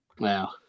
Wow